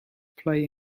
play